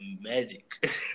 magic